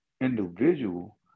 individual